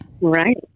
Right